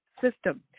system